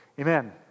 amen